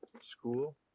School